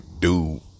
dude